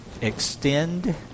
extend